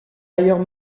ailleurs